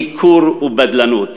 ניכור ובדלנות